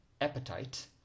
appetite